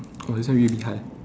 oh this one really hard